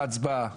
הצבעה.